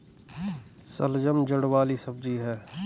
शलजम जड़ वाली सब्जी है